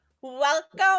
welcome